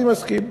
אני מסכים.